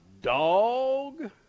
dog